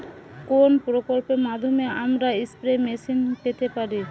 কোন প্রকল্পের মাধ্যমে আমরা স্প্রে মেশিন পেতে পারি?